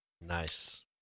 Nice